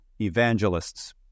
Evangelists